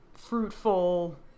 fruitful